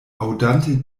aŭdante